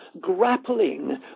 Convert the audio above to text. grappling